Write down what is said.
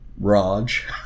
Raj